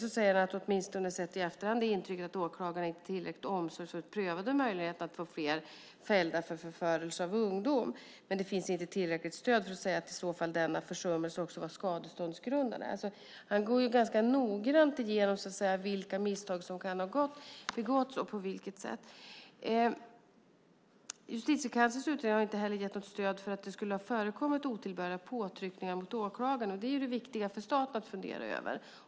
Han säger också att åtminstone sett i efterhand är intrycket att åklagarna inte tillräckligt omsorgsfullt prövade möjligheten att få fler fällda för förförelse av ungdom men att det inte finns tillräckligt stöd för att säga att denna försummelse i så fall också var skadeståndsgrundande. Han går ganska noggrant igenom vilka misstag som kan ha begåtts och på vilket sätt. Justitiekanslerns utredning har inte heller gett något stöd för att det skulle ha förekommit otillbörliga påtryckningar mot åklagarna. Det är det viktiga för staten att fundera över.